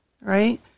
right